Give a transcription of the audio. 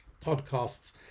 podcasts